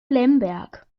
lemberg